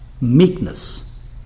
meekness